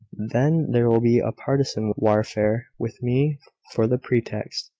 then there will be a partisan warfare, with me for the pretext,